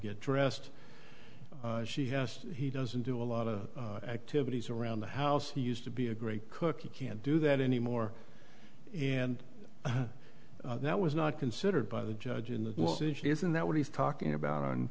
get dressed she has he doesn't do a lot of activities around the house he used to be a great cook he can't do that anymore and that was not considered by the judge in the isn't that what he's talking about on